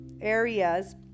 areas